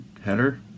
header